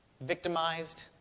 Victimized